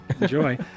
enjoy